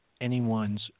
anyone's